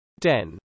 10